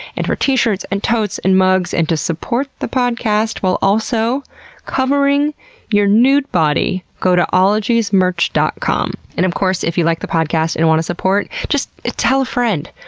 for t-shirts and totes and mugs and to support the podcast while also covering your nude body, go to ologiesmerch dot com. and of course, if you like the podcast and wanna support, just tell a friend,